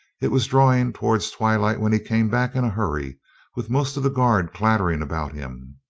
it was draw ing towards twilight when he came back in a hurry with most of the guard clattering about him.